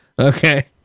Okay